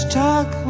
talk